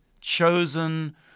chosen